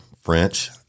French